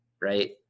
right